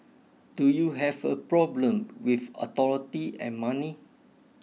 do you have a problem with authority and money